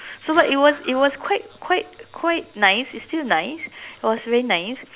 so but it was it was quite quite quite nice it's still nice it was very nice